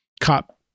cop